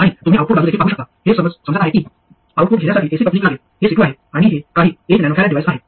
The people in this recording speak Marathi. आणि तुम्ही आऊटपुट बाजू देखील पाहू शकता हे समजत आहे की आऊटपुट घेण्यासाठी एसी कपलिंग लागेल हे C2 आहे आणि हे काही 1 नॅनो फॅरड डिव्हाइस आहे